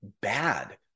bad